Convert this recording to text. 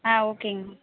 ஆ ஓகேங்கம்மா